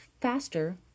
faster